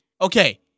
Okay